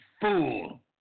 fool